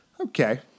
Okay